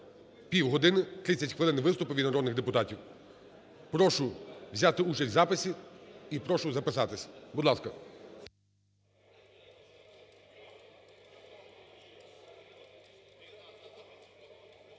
півгодини, 30 хвилин на виступи від народних депутатів. Прошу взяти участь у записі і прошу записатися. Будь ласка.